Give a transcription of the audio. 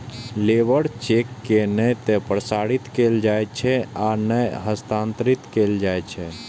labour cheque के नै ते प्रसारित कैल जाइ छै आ नै हस्तांतरित कैल जाइ छै